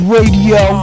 Radio